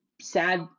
sad